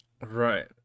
Right